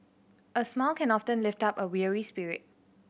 a smile can often lift up a weary spirit